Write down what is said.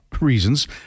reasons